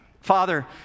Father